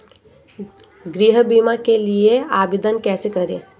गृह बीमा के लिए आवेदन कैसे करें?